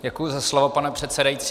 Děkuji za slovo, pane předsedající.